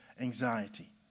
anxiety